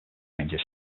ranges